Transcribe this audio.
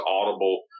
audible